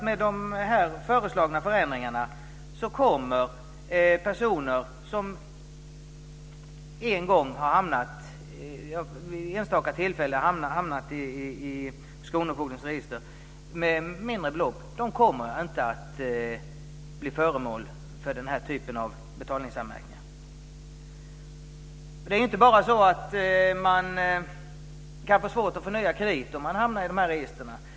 Med de föreslagna förändringarna kommer personer som vid ett enstaka tillfälle hamnat i kronofogdens register med mindre belopp inte att bli föremål för den typen av betalningsanmärkningar. Det är inte bara så att man kan få svårt att få nya krediter om man hamnar i registren.